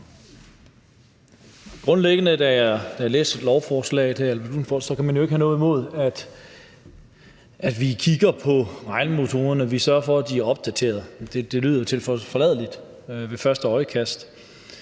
Grundlæggende, når man læser lovforslaget her, kan man ikke have noget imod, at vi kigger på regnemetoderne, og at vi sørger for, at de er opdateret, og det ser jo tilforladeligt ud ved første øjekast.